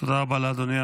תודה רבה לאדוני.